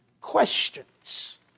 questions